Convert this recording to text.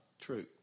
true